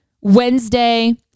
Wednesday